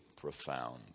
profound